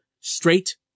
straight